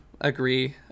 agree